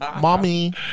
Mommy